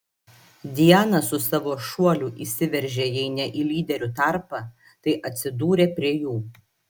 diana su savo šuoliu įsiveržė jei ne į lyderių tarpą tai atsidūrė prie jų